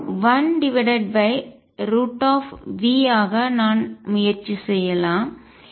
இது 1V ஆக நான் முயற்சி செய்யலாம்